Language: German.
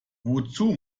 wozu